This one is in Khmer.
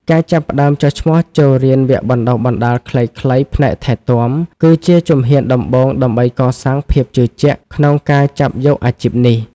ការចាប់ផ្តើមចុះឈ្មោះចូលរៀនវគ្គបណ្តុះបណ្តាលខ្លីៗផ្នែកថែទាំ គឺជាជំហានដំបូងដើម្បីកសាងភាពជឿជាក់ក្នុងការចាប់យកអាជីពនេះ។